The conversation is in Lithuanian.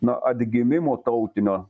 na atgimimo tautinio